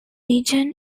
region